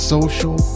Social